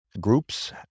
groups